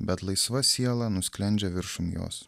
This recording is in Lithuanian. bet laisva siela nusklendžia viršum jos